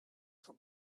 for